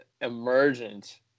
emergent